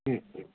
ம் ம்